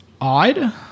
odd